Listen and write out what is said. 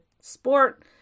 sport